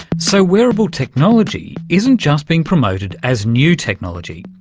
so wearable technology isn't just being promoted as new technology,